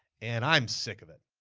and i'm sick of it,